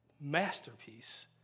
masterpiece